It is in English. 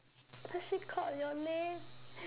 !wah! she called your name